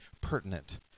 pertinent